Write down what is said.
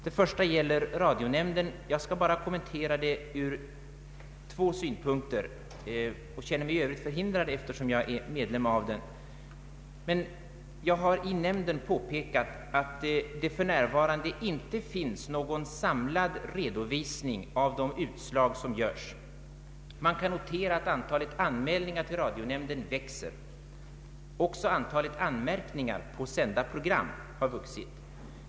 Den första gäller radionämnden. Jag skall bara göra en kommentar ur två synpunkter. I övrigt känner jag mig förhindrad att uttala mig, eftersom jag är medlem av nämnden. Jag har i nämnden påpekat att det för närvarande inte finns någon samlad redovisning av de utslag som görs. Man kan notera att antalet anmälningar till radionämnden växer. Också antalet anmärkningar på sända program har vuxit.